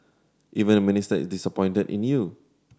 even the Minister is disappointed in you